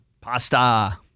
Pasta